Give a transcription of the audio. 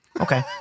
okay